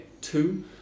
two